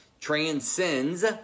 transcends